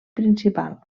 principal